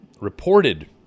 reported